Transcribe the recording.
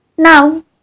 now